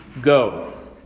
Go